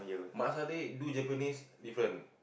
mat salleh do Japanese different